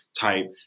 type